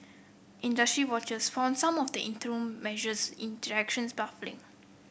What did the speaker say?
industry watchers found some of the interim measures in directions baffling